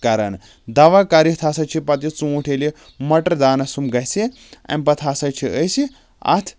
کران دوا کٔرِتھ ہسا چھُ پتہٕ یہِ ژوٗنٛٹھ ییٚلہِ مَٹر دانَس صُم گژھِ اَمہِ پتہٕ ہسا چھِ أسۍ یہِ اَتھ